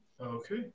Okay